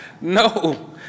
no